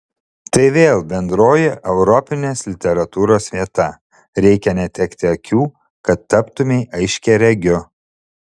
tai vėl bendroji europinės literatūros vieta reikia netekti akių kad taptumei aiškiaregiu